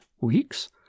Weeks